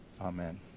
Amen